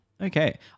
Okay